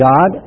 God